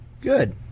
Good